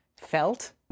felt